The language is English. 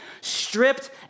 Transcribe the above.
stripped